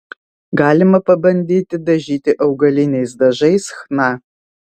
galima pabandyti dažyti augaliniais dažais chna